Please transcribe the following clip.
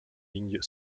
ligne